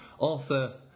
Arthur